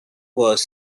was